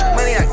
Money